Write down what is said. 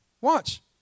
Watch